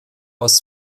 aus